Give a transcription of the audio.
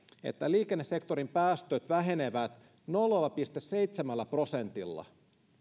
että liikennesektorin päästöt vähenevät nolla pilkku seitsemällä prosentilla